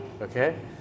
okay